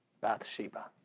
Bathsheba